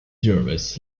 jervis